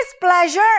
pleasure